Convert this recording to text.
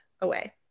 away